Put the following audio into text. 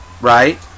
right